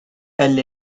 elle